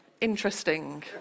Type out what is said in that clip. interesting